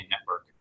network